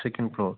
second floor